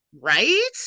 Right